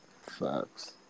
Fuck's